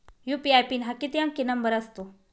UPI PIN हा किती अंकी नंबर असतो?